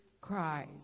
cries